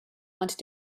wanted